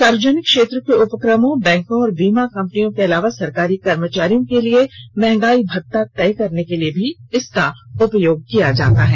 सार्वजनिक क्षेत्र के उपक्रमों बैंकों और बीमा कंपनियों के अलावा सरकारी कर्मचारियों के लिए महंगाई भत्ता तय करने के लिए भी इसका उपयोग किया जाता है